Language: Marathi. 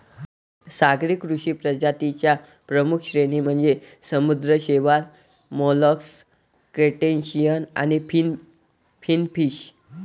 सागरी कृषी प्रजातीं च्या प्रमुख श्रेणी म्हणजे समुद्री शैवाल, मोलस्क, क्रस्टेशियन आणि फिनफिश